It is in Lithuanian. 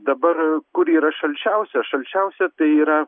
dabar kur yra šalčiausia šalčiausia tai yra